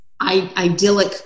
idyllic